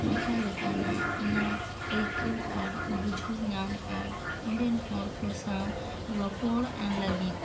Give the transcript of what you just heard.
ᱚᱠᱟ ᱞᱮᱠᱟᱱᱟ ᱚᱱᱟ ᱟᱹᱭᱠᱟᱹᱣ ᱟᱨ ᱵᱩᱡᱷᱟᱹᱣ ᱧᱟᱢ ᱟᱨ ᱚᱸᱰᱮᱱ ᱦᱚᱲ ᱠᱚ ᱥᱟᱶ ᱨᱚᱯᱚᱲ ᱞᱟᱹᱜᱤᱫ